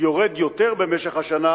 יורד יותר במשך השנה,